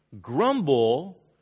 Grumble